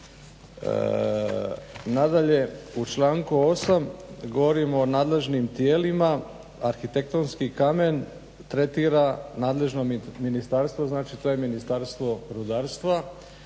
Nadalje, u članku 8. govorimo o nadležnim tijelima. Arhitektonski kamen tretira nadležno ministarstvo, znači to je Ministarstvo gospodarstva,